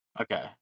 Okay